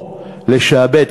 או לשעבד,